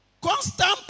constant